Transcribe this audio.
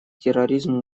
терроризму